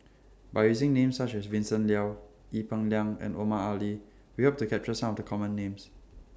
By using Names such as Vincent Leow Ee Peng Liang and Omar Ali We Hope to capture Some of The Common Names